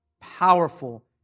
powerful